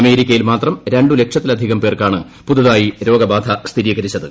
അമേരിക്കയിൽ മാത്രം രണ്ടു ലക്ഷത്തിലധികം പേർക്കാണ് പുതുതായി രോഗബാധ സ്ഥിരീകരിച്ചത്